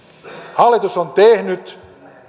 hallitus on tehnyt